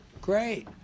great